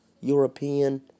European